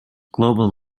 global